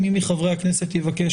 אם מי מחברי הכנסת שאינם מציעים יבקש